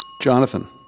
Jonathan